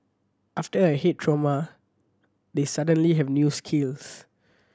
after a head trauma they suddenly have new skills